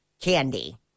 candy